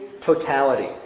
totality